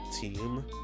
team